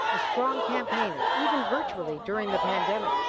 a strong campaigner, even virtually during the pandemic.